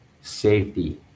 safety